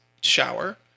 shower